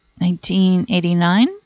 1989